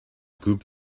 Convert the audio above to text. group